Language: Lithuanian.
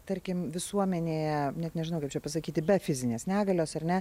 tarkim visuomenėje net nežinau kaip čia pasakyti be fizinės negalios ar ne